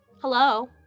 Hello